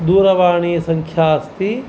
दूरवाणीसङ्ख्या अस्ति